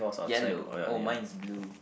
yellow oh mine is blue